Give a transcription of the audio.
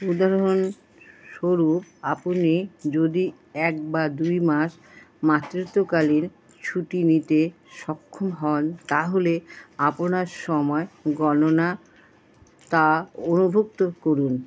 উদাহরণস্বরূপ আপনি যদি এক বা দুইমাস মাতৃত্বকালীন ছুটি নিতে সক্ষম হন তাহলে আপনার সময় গণনা তা অনুভুক্ত করুন